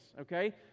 okay